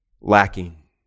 lacking